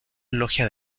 logia